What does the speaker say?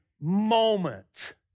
moment